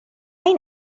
این